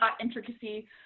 intricacy